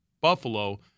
Buffalo